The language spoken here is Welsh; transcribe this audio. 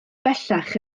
bellach